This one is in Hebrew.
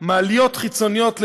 מעליות חיצוניות למילוט,